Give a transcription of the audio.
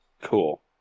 Cool